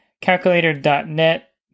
calculator.net